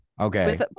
Okay